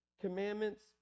Commandments